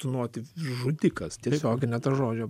tūnoti žudikas tiesiogine ta žodžio